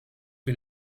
que